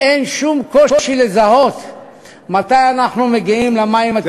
אין שום קושי לזהות מתי אנחנו מגיעים למים הטריטוריאליים,